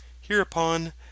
Hereupon